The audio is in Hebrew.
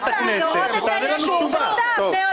די עם המשחק הזה --- יושבת כאן מזכירת הכנסת,